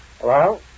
Hello